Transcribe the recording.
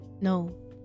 No